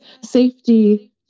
safety